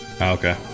Okay